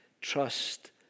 trust